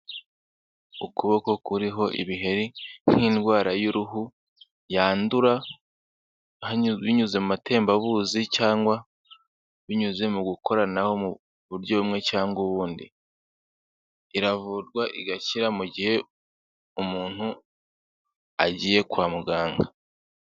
Ukuboko kuriho ibiheri nk'indwara y'uruhu, yandura binyuze mu matembabuzi cyangwa binyuze mu gukoranaho mu buryo bumwe cyangwa ubundi. Iravurwa igakira mu gihe umuntu agiye kwa muganga.